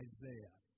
Isaiah